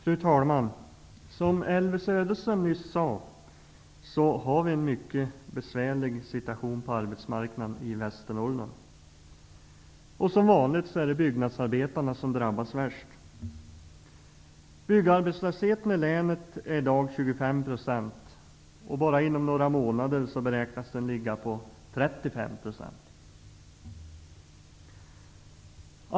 Herr talman! Som Elvy Söderström nyss sade har vi en mycket besvärlig situation på arbetsmarknaden i Västernorrland, och som vanligt drabbas byggnadsarbetarna värst. Byggarbetslösheten i länet är i dag 25 % och beräknas ha ökat till 35 % inom några månader.